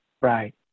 Right